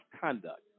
conduct